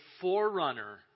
forerunner